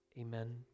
Amen